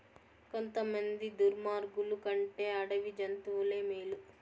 కొంతమంది దుర్మార్గులు కంటే అడవి జంతువులే మేలు